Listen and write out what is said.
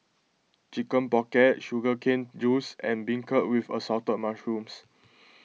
Chicken Pocket Sugar Cane Juice and Beancurd with Assorted Mushrooms